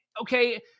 okay